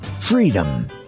Freedom